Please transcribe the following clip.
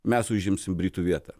mes užimsim britų vietą